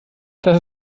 das